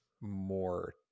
more